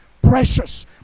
precious